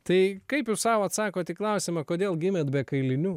tai kaip jūs sau atsakot į klausimą kodėl gimėt be kailinių